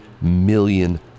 million